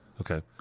Okay